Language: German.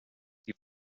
die